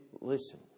listen